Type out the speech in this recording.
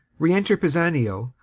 re-enter pisanio,